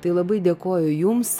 tai labai dėkoju jums